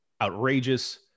outrageous